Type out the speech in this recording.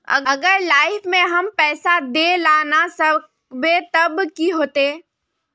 अगर लाइफ में हम पैसा दे ला ना सकबे तब की होते?